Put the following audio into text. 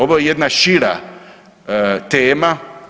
Ovo je jedna šira tema.